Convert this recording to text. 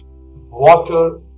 Water